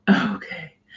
Okay